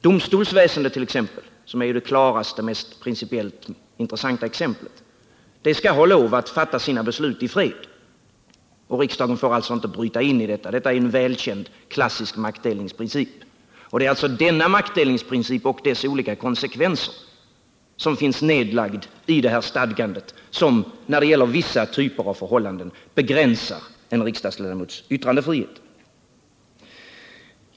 Domstolsväsendet, som är det klaraste och mest intressanta exemplet, skall ha lov att fatta sina beslut i fred. Riksdagen får alltså inte bryta in i detta. Detta är en välkänd klassisk maktdelningsprincip. Det är alltså denna maktdelningsprincip och dess olika konsekvenser som finns i stadgandet som begränsar en riksdagsledamots yttrandefrihet när det gäller vissa typer av förhållanden.